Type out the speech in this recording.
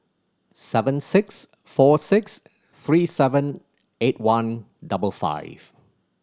seven six four six three seven eight one double five